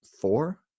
four